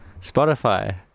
Spotify